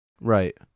Right